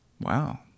Wow